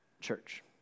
church